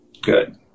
Good